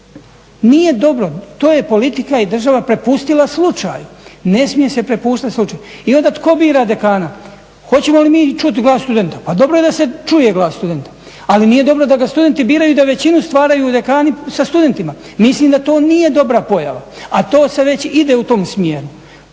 Nije dobro, to je politika i država prepustila slučaju. Ne smije se prepuštati slučaju. I onda tko bira dekana? Hoćemo li mi čuti glas studenta? Pa dobro je da se čuje glas studenta ali nije dobro da ga studenti biraju i da većinu stvaraju dekani sa studentima. Mislim da to nije dobra pojava. A to se već ide u tom smjeru.